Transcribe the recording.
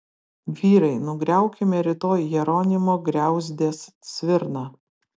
vyrai nugriaukime rytoj jeronimo griauzdės svirną